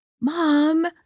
mom